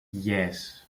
yes